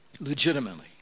legitimately